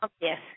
yes